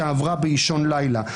שעברה באישון לילה.